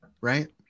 Right